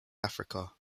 africa